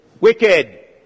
Wicked